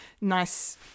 nice